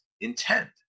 intent